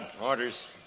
Orders